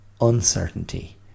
Uncertainty